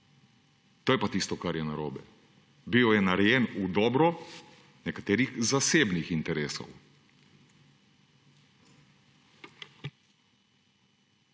To je pa tisto, kar je narobe. Bil je narejen v dobro nekaterih zasebnih interesov.